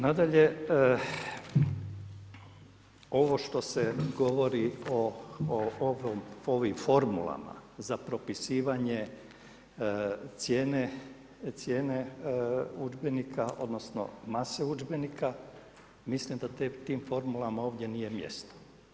Nadalje, ovo što se govori o ovim formulama za propisivanje cijene udžbenika odnosno mase udžbenika, mislim da tim formulama ovdje nije mjesto.